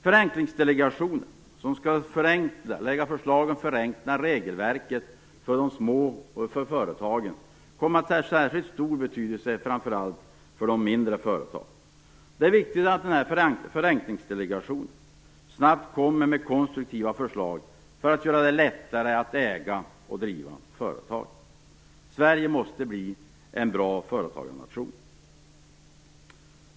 Förenklingsdelegationen, som skall lägga fram förslag om förenkling av regelverket för företagen, kommer att ha särskild stor betydelse framför allt för de mindre företagen. Det är viktigt att Förenklingsdelegationen snabbt kommer med konstruktiva förslag för att göra det lättare att äga och driva företag. Sverige måste bli en bra företagarnation.